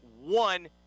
one